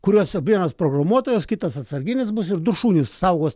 kuriuose vienas programuotojas kitas atsarginis bus ir du šunys saugos